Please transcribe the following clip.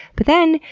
but then,